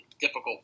difficult